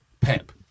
Pep